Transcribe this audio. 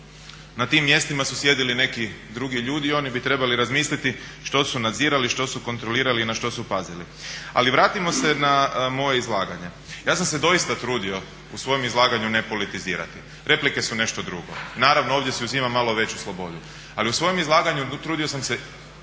Na tim mjestima su sjedili neki drugi ljudi i oni bi trebali razmisliti što su nadzirali, što su kontrolirali i na što su pazili. Ali vratimo se na moje izlaganje. Ja sam se doista trudio u svojem izlaganju ne politizirati. Replike su nešto drugo. Naravno ovdje si uzimam malo veću slobodu, ali u svojem izlaganju trudio sam se